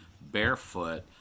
barefoot